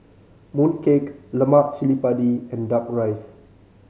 mooncake lemak cili padi and Duck Rice